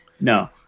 No